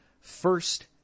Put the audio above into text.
first